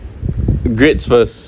grades first